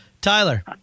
Tyler